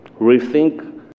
rethink